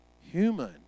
human